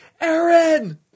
Aaron